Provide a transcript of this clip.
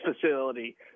facility